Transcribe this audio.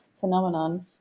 phenomenon